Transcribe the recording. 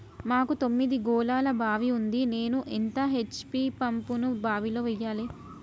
మాకు తొమ్మిది గోళాల బావి ఉంది నేను ఎంత హెచ్.పి పంపును బావిలో వెయ్యాలే?